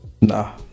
Nah